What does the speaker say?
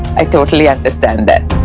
i totally understand that.